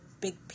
big